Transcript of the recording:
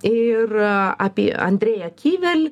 ir apie andrėją kyvel